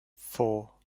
four